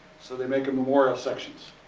so they make them memorial sections.